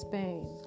Spain